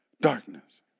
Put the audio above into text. darkness